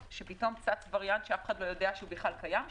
שפתאום צץ וריאנט שאף אחד לא יודע שבכלל קיים שם,